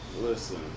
listen